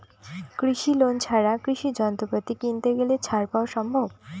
কৃষি লোন ছাড়া কৃষি যন্ত্রপাতি কিনতে গেলে ছাড় পাওয়া সম্ভব?